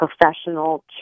professional